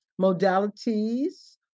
modalities